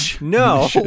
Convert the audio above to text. No